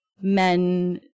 men